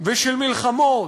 ושל מלחמות,